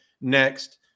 next